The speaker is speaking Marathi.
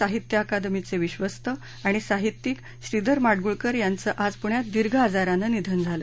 साहित्य अकादमीचे विधस्त आणि साहित्यिक श्रीधर माडगूळकर यांच आज पुण्यात दीर्घ आजारानं निधन झालं